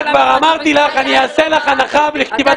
כבר אמרתי לך: אעשה לך הנחה בכתיבת נאומים.